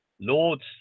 lords